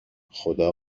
خدا